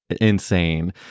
insane